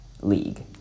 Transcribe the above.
league